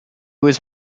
was